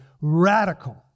radical